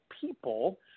people